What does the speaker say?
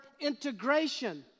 integration